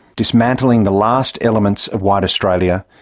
dismantling the last elements of white australia,